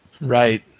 Right